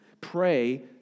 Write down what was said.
Pray